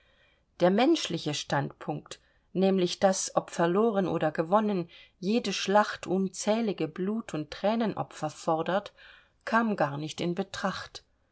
der menschliche standpunkt nämlich daß ob verloren oder gewonnen jede schlacht unzählige blut und thränenopfer fordert kam gar nicht in betracht